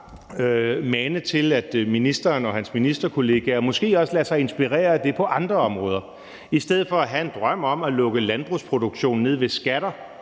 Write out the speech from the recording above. mane til, at ministeren og hans ministerkollegaer måske også lader sig inspirere af det på andre områder. I stedet for have en drøm om at lukke landbrugsproduktion ned ved skatter